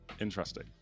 Interesting